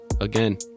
Again